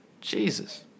Jesus